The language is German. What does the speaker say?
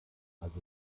also